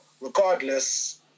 regardless